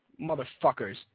Motherfuckers